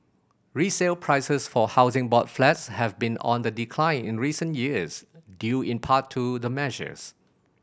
resale prices for Housing Board flats have been on the decline in recent years due in part to the measures